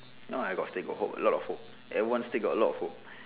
no I got still got hope a lot of hope everyone still got a lot of hope